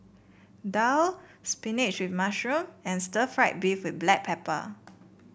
daal spinach with mushroom and Stir Fried Beef with Black Pepper